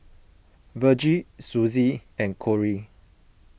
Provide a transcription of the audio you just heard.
Virgie Suzy and Kory